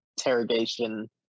interrogation